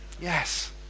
yes